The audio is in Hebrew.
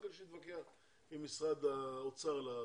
כך שיתווכח עם משרד האוצר על הכספים.